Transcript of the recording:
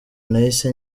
nahise